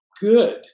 good